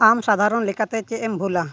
ᱟᱢ ᱥᱟᱫᱷᱟᱨᱚᱱ ᱞᱮᱠᱟᱛᱮ ᱪᱮᱫ ᱮᱢ ᱵᱷᱩᱞᱟ